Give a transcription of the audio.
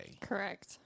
Correct